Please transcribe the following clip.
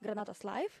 granatos laif